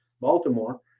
Baltimore